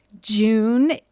June